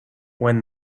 when